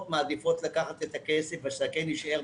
מעדיפות לקחת את הכסף ושהזקן יישאר בבית.